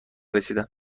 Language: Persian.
رسیدند